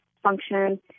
Function